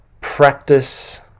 practice